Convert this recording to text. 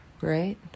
right